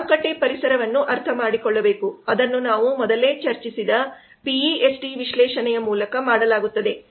ಮಾರುಕಟ್ಟೆ ಪರಿಸರವನ್ನು ಅರ್ಥಮಾಡಿಕೊಳ್ಳುವುದು ಅದನ್ನು ನಾವು ಮೊದಲೇ ಚರ್ಚಿಸಿದ ಪಿ ಇ ಎಸ್ ಟಿ ವಿಶ್ಲೇಷಣೆಯ ಮೂಲಕ ಮಾಡಲಾಗುತ್ತದೆ